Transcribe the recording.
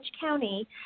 County